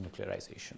nuclearization